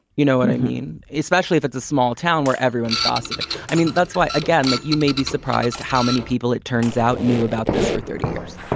you know what i mean? especially if it's a small town where everyone's. gossiping, i mean, that's why, again, like you may be surprised how many people, it turns out knew about this for thirty years.